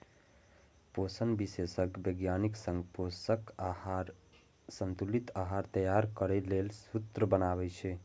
पोषण विशेषज्ञ वैज्ञानिक संग पोषक आ संतुलित आहार तैयार करै लेल सूत्र बनाबै छै